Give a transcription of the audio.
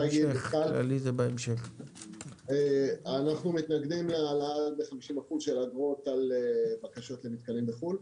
אנחנו מתנגדים להעלאה ב-50% של אגרות על בקשות למתקנים בחו"ל.